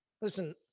Listen